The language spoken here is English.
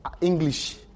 English